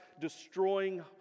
destroying